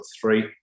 three